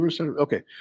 okay